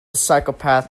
psychopath